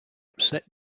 upset